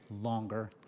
longer